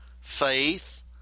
faith